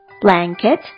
blanket